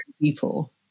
people